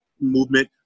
movement